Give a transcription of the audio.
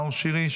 נאור שירי,